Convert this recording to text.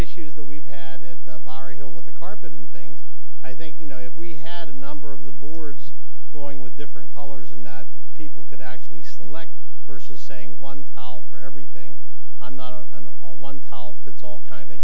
issues that we've had at the bar hill with the carpet and things i think you know if we had a number of the boards going with different colors and that people could actually select versus saying one tall for everything i'm not an all one tall fits all kind